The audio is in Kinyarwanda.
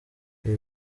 ibi